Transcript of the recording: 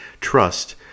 trust